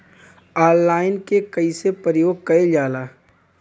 Online के कइसे प्रयोग कइल जाला?